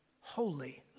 holy